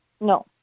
No